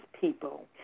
people